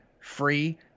free